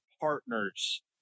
partners